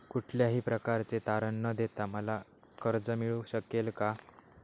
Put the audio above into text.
कुठल्याही प्रकारचे तारण न देता मला कर्ज मिळू शकेल काय?